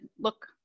look